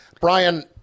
Brian